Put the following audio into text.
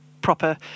proper